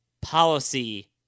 policy